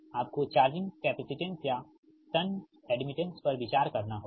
आपको charging capacitance या shunt admittance पर विचार करना होगा